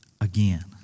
again